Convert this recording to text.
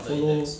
follow